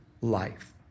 life